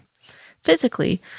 Physically